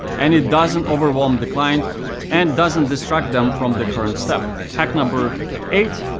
and it doesn't overwhelm the client and doesn't distract them from the current step. hack number eight,